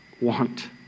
want